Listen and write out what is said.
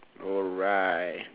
alright